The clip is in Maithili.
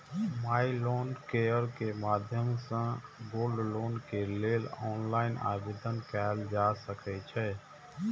माइ लोन केयर के माध्यम सं गोल्ड लोन के लेल ऑनलाइन आवेदन कैल जा सकै छै